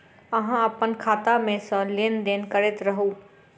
अहाँ अप्पन खाता मे सँ लेन देन करैत रहू?